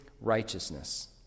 righteousness